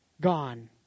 gone